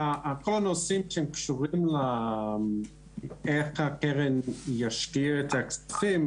הנושאים שקשורים לאיך הקרן תשקיע את הכספים,